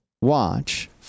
watch